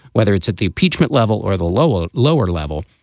whether it's at the impeachment level or the lower, lower level.